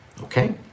okay